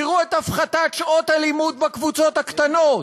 תראו את הפחתת שעות הלימוד בקבוצות הקטנות.